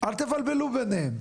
אל תבלבלו ביניהם.